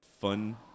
fun